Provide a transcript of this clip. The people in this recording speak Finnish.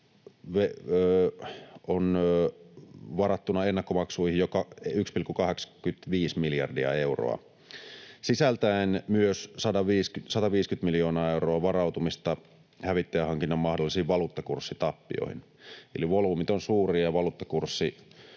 on varattuna ennakkomaksuihin 1,85 miljardia euroa sisältäen myös 150 miljoonaa euroa varautumista hävittäjähankinnan mahdollisiin valuuttakurssitappioihin, eli volyymit ovat suuria ja valuuttakurssi